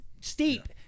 Steep